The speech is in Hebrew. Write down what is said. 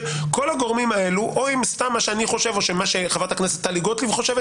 כל הגורמים האלה או של מה שאני חושב או מה שחברת הכנסת טלי גוטליב חושבת